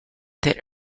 that